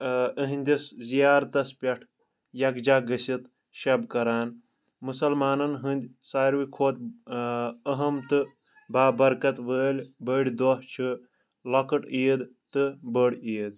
أہنٛدِس زِیارتَس پٮ۪ٹھ ییٚکجہ گٔژھَتھ شب کران مُسلمانن ہٕنٛدۍ ساروٕے کھۄتہٕ أہم تہٕ بابرکت وٲلۍ بٔڑ دۄہ چھِ لۄکٕٹۍ عیٖد تہٕ بٔڑ عیٖد